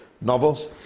novels